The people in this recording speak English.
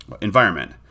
environment